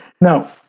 Now